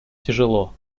тяжело